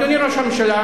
אדוני ראש הממשלה,